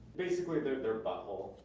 basically their their butthole.